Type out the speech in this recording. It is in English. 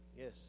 Yes